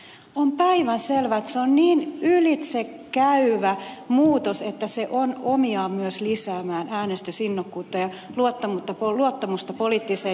on päivänselvää että se on niin ylitsekäyvä muutos että se on omiaan myös lisäämään äänestysinnokkuutta ja luottamusta poliittiseen järjestelmään